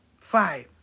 Five